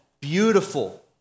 beautiful